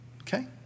okay